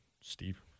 Steve